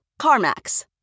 CarMax